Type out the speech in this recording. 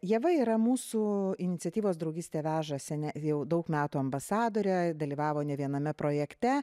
ieva yra mūsų iniciatyvos draugystė veža seniai jau daug metų ambasadore dalyvavo ne viename projekte